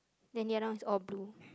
then the other one is all blue